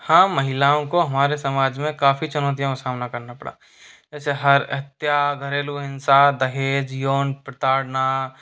हाँ महिलाओं को हमारे समाज में काफ़ी चुनौतियों का सामना करना पड़ा जैसे हर हत्या घरेलू हिंसा दहेज यौन प्रताड़ना